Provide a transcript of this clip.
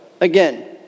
again